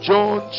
John